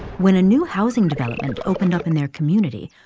when a new housing development opened up in their community,